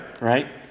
right